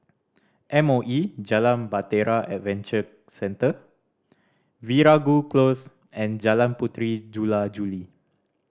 M O E Jalan Bahtera Adventure Centre Veeragoo Close and Jalan Puteri Jula Juli